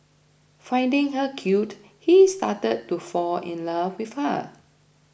finding her cute he started to fall in love with her